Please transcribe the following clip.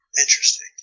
Interesting